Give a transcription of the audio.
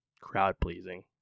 crowd-pleasing